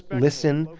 listen.